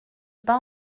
pas